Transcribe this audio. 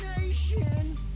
nation